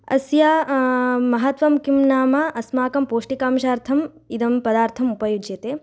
अस्या महत्त्वं किं नाम अस्माकं पौष्टिकांशार्थम् इमं पदार्थम् उपयुज्यते